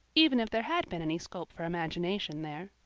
even if there had been any scope for imagination there.